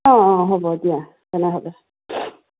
অঁ অঁ হ'ব দিয়া তেনেহ'লে